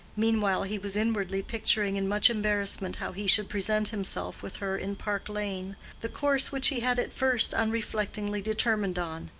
meanwhile he was inwardly picturing in much embarrassment how he should present himself with her in park lane the course which he had at first unreflectingly determined on.